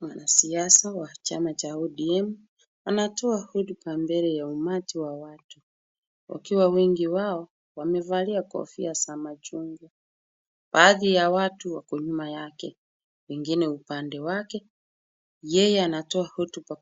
Wanasiasa wa chama cha ODM wanatoa hotuba mbele ya umati wa watu, wakiwa wengi wao wamevalia kofia za machungwa. Baadhi ya watu wako nyuma yake, wengine upande wake, yeye anatoa hotuba